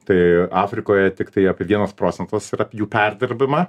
tai afrikoje tiktai apie vienas procentas yra apie jų perdirbimą